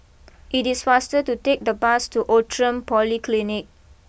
it is faster to take the bus to Outram Polyclinic